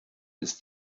ist